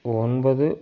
ஒன்பது